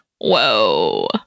whoa